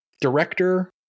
director